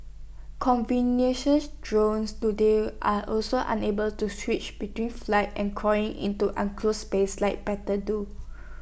conventional drones today are also unable to switch between flight and crawling into enclosed spaces like battle do